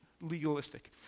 legalistic